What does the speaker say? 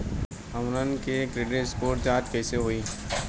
हमन के credit score के जांच कैसे होइ?